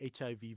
HIV